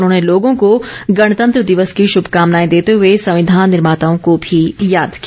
उन्होंने लोगों को गणतंत्र दिवस की शुभकामनाएं देते हुए संविधान निर्माताओं को भी याद किया